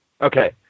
Okay